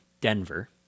Denver